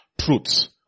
truths